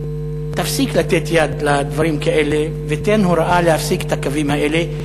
תפסיק לתת יד לדברים כאלה ותן הוראה להפסיק את הקווים האלה.